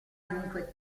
dunque